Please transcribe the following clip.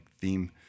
theme